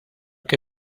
que